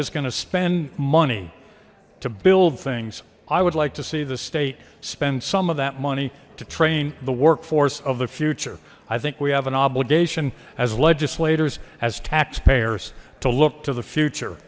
is going to spend money to build things i would like to see the state spend some of that money to train the workforce of the future i think we have an obligation as legislators as taxpayers to look to the future